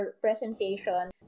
presentation